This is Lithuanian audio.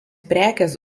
prekės